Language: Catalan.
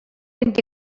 vint